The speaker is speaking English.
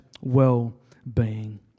well-being